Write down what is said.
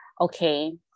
okay